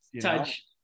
Touch